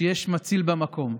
שיש מציל במקום.